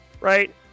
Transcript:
right